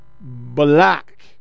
black